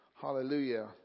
Hallelujah